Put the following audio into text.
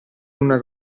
una